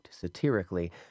satirically